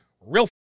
real